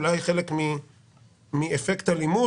אולי חלק מאפקט הלימוד,